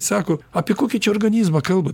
sako apie kokį čia organizmą kalbat